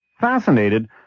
fascinated